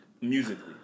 Musically